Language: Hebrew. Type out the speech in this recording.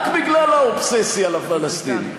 רק בגלל האובססיה לפלסטינים,